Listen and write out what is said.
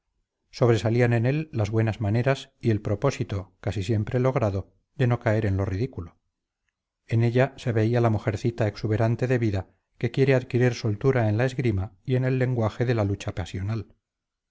sobresalían en él las buenas maneras y el propósito casi siempre logrado de no caer en lo ridículo en ella se veía la mujercita exuberante de vida que quiere adquirir soltura en la esgrima y en el lenguaje de la lucha pasional